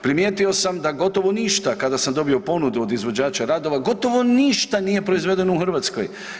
Primijetio sam da gotovo ništa kada sam dobio ponudu od izvođača radova gotovo ništa nije proizvedeno u Hrvatskoj.